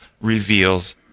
reveals